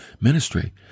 ministry